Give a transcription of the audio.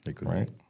Right